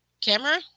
camera